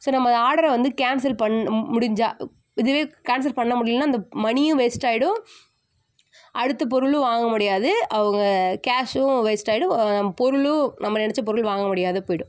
so நம்ம ஆடரை வந்து கேன்சல் பண்ண முடிஞ்சால் இதுவே கேன்சல் பண்ண முடியலனா இந்த மனியும் வேஸ்ட் ஆகிடும் அடுத்த பொருளும் வாங்க முடியாது அவங்க கேஷ்ஷும் வேஸ்ட் ஆகிடும் பொருளும் நம்ம நினைச்ச பொருள் வாங்க முடியாத போய்விடும்